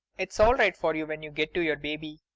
it's all right for you when you get to your baby.